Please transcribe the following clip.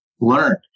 learned